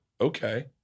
Okay